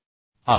आभारी आहे